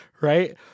Right